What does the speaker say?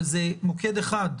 אבל זה מוקד אחד.